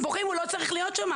הוא לא צריך להיות שמה,